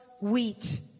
wheat